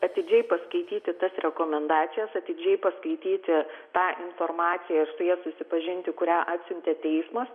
atidžiai paskaityti tas rekomendacijas atidžiai paskaityti tą informaciją su ja susipažinti kurią atsiuntė teismas